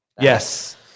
Yes